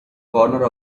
corner